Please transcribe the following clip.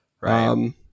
Right